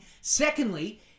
Secondly